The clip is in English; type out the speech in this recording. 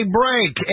break